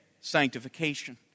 sanctification